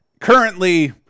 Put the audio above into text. currently